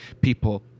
people